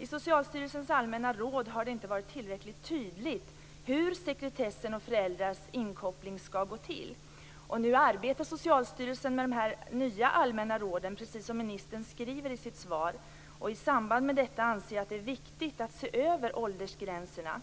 I Socialstyrelsens allmänna råd har det inte varit tillräckligt tydligt hur sekretessen och föräldrars inkoppling skall gå till. Nu arbetar Socialstyrelsen med de nya allmänna råden, precis som ministern skriver i sitt svar. I samband med detta anser jag att det är viktigt att se över åldersgränserna.